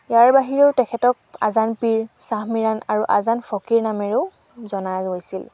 ইয়াৰ বাহিৰেও তেখেতক আজান পীৰ শ্বাহ মিৰাণ আৰু আজান ফকীৰ নামেৰেও জনা গৈছিল